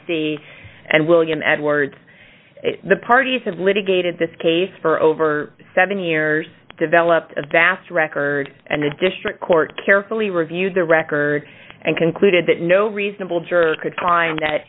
mit and william edwards the parties have litigated this case for over seven years develop a vast record and the district court carefully reviewed the record and concluded that no reasonable juror could time that